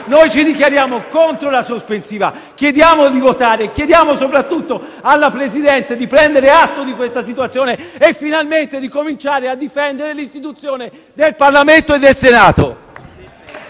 Noi ci dichiariamo contro la sospensione, chiediamo di votare e chiediamo soprattutto al Presidente di prendere atto di questa situazione e finalmente di cominciare a difendere l'istituzione del Parlamento e del Senato.